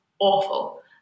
awful